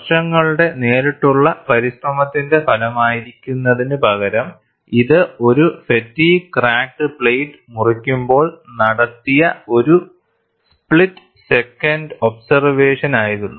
വർഷങ്ങളുടെ നേരിട്ടുള്ള പരിശ്രമത്തിന്റെ ഫലമായിരിക്കുന്നതിനുപകരം ഇത് ഒരു ഫാറ്റിഗ്ഗ് ക്രാക്ക്ഡ് പ്ലേറ്റ് മുറിക്കുമ്പോൾ നടത്തിയ ഒരു സ്പ്ലിറ്റ് സെക്കൻഡ് ഒബ്സെർവേഷൻ ആയിരുന്നു